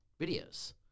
videos